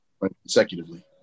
consecutively